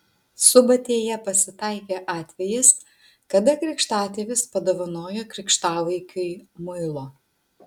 subatėje pasitaikė atvejis kada krikštatėvis padovanojo krikštavaikiui muilo